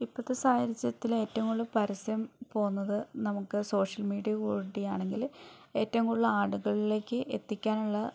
ഇപ്പോഴത്തെ സാഹചര്യത്തിൽ ഏറ്റവും കൂടുതൽ പരസ്യം പോകുന്നത് നമുക്ക് സോഷ്യൽ മീഡിയ കൂടിയാണെങ്കിൽ ഏറ്റവും കൂടുതൽ ആളുകളിലേക്ക് എത്തിക്കാനുള്ള